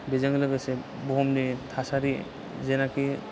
बेजों लोगोसे बुहुमनि थासारि जेनाखि